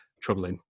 troubling